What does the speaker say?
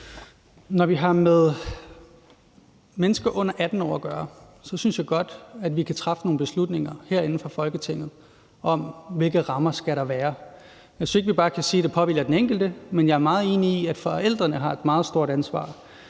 Når vi har med mennesker under 18 år at gøre, synes jeg godt, at vi kan træffe nogle beslutninger herinde fra Folketinget om, hvilke rammer der skal være. Jeg synes ikke, at vi bare kan sige, at det påhviler den enkelte, men jeg er meget enig i, at forældrene har et meget stort ansvar.